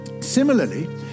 Similarly